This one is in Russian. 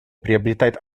приобретает